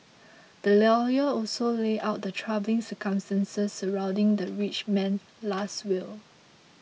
the lawyer also laid out the troubling circumstances surrounding the rich man's Last Will